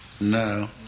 No